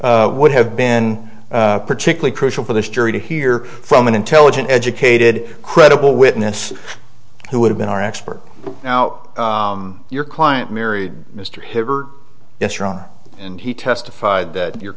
but would have been particularly crucial for this jury to hear from an intelligent educated credible witness who would have been our expert now your client married mr yes ron and he testified that your